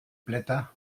blätter